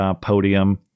podium